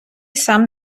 сам